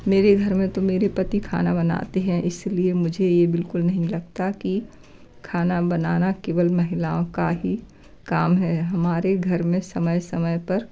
मेरे घर में तो मेरे पति खाना बनाते हैं इस लिए मुझे ये बिल्कुल नहीं लगता कि खाना बनाना केवल महिलाओं का ही काम है हमारे घर में समय समय पर